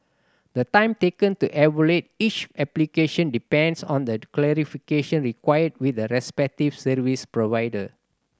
the time taken to evaluate each application depends on the clarification required with the respective service provider